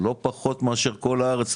לא פחות מכל הארץ.